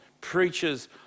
preachers